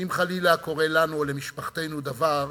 שאם חלילה קורה לנו או למשפחתנו דבר,